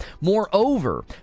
Moreover